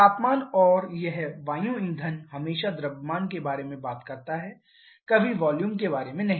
तापमान और यह वायु ईंधन अनुपात हमेशा द्रव्यमान के बारे में बात करता है कभी वॉल्यूम के बारे में नहीं